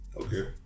Okay